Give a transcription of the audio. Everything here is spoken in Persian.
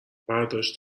برداشت